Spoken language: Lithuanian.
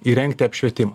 įrengti apšvietimą